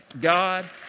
God